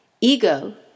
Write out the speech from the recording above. Ego